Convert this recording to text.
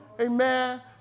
Amen